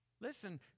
Listen